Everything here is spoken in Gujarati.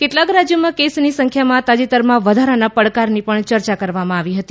કેટલાક રાજ્યોમાં કેસની સંખ્યામાં તાજેતરના વધારાના પડકારની પણ ચર્ચા કરવામાં આવી હતી